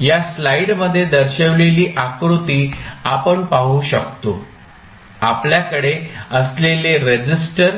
या स्लाइडमध्ये दर्शविलेली आकृती आपण पाहू शकतो आपल्याकडे असलेले रेसिस्टर